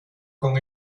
con